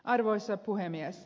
arvoisa puhemies